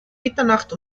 mitternacht